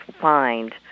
find